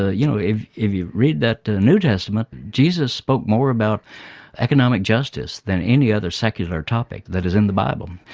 ah you know, if if you read the new testament, jesus spoke more about economic justice than any other secular topic that is in the bible.